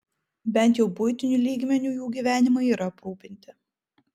bent jau buitiniu lygmeniu jų gyvenimai yra aprūpinti